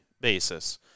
basis